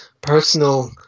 personal